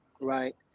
right